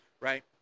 right